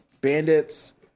Bandits